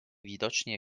widocznie